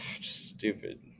stupid